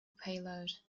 payload